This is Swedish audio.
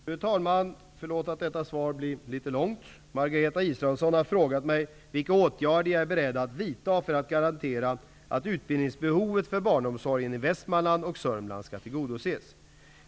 Fru talman! Jag ber om ursäkt för att detta svar blir litet långt. Margareta Israelsson har frågat mig vilka åtgärder jag är beredd att vidta för att garantera att utbildningsbehovet för barnomsorgen i Västmanland och Södermanland skall tillgodoses.